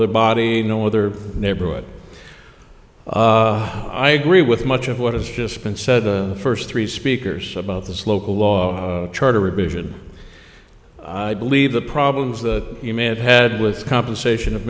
other body no other neighborhood i agree with much of what has just been said the first three speakers about this local law charter revision i believe the problems that you may have had with compensation of